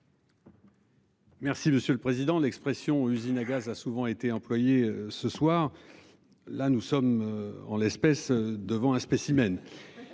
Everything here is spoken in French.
Merci Monsieur le Président, l'expression usine à gaz a souvent été employé ce soir.-là, nous sommes en l'espèce devant un spécimen.